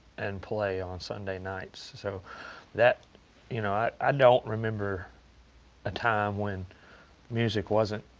and play on sunday nights. so that you know, i i don't remember a time when music wasn't,